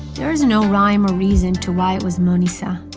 there is no rhyme or reason to why it was manisha.